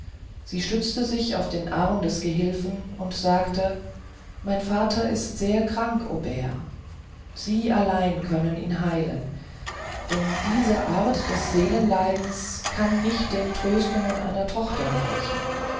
sie stützte sich auf den arm des gehilfen und sagte mein vater ist sehr krank aubert sie allein können ihn heilen denn diese art des seelenleidens kann nicht den tröstungen einer tochter weichen